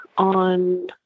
on